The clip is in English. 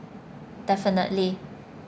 definitely